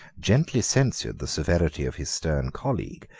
gently censured the severity of his stern colleague,